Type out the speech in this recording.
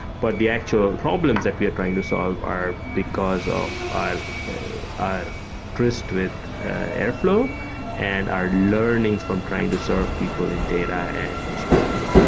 but the actual problems that we are trying to solve are because of our our with airflow and our learnings from trying to serve people in data and machine learning.